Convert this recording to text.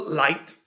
light